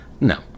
No